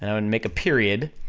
and i would make a period,